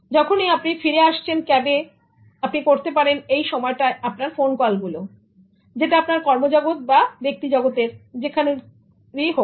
যখন আপনি ফিরে আসছেন ক্যাবে ওকে আপনি করতে পারেন এই সময়টায় আপনার ফোন গুলো সেটা আপনার কর্মজগতে বা ব্যক্তিগত জগতের হোক